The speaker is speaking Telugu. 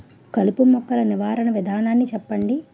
కలుపు మొక్కలు నివారణ విధానాన్ని చెప్పండి?